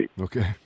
Okay